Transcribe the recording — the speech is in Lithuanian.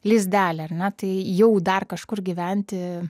lizdelį ar ne tai jau dar kažkur gyventi